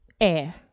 air